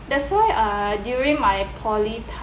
that's why uh during my poly